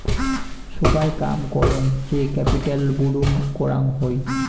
সোগায় কাম করং যে ক্যাপিটাল বুরুম করং হই